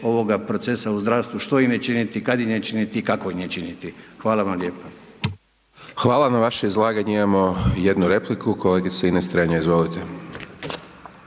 Hvala vam lijepo.